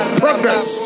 progress